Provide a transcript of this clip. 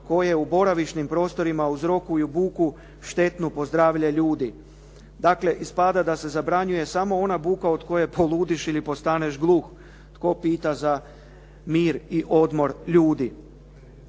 koje u boravišnim prostorima uzrokuju buku štetnu po zdravlje ljudi. Dakle, ispada da se zabranjuje samo ona buke od koje poludiš ili postane gluh. Tko pita za mir i odmor ljudi.